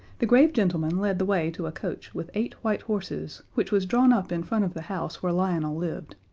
the grave gentlemen led the way to a coach with eight white horses, which was drawn up in front of the house where lionel lived.